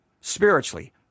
spiritually